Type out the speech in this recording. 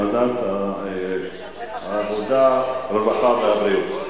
ועדת העבודה, הרווחה והבריאות.